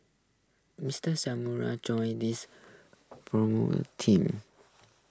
Mister joined this team